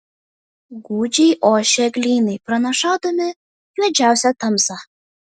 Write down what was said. gūdžiai ošė eglynai pranašaudami juodžiausią tamsą